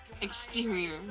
Exterior